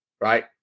right